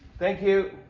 thank you.